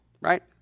right